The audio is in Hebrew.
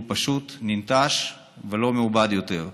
שהוא פשוט ננטש ולא מעובד יותר.